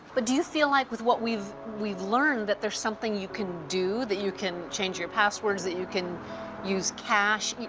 but do you feel like, with what we've we've learned, that there's something you can do that you can change your passwords, that you can use cash?